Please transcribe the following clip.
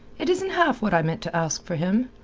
it isn't half what i meant to ask for him.